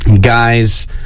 guys